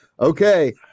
Okay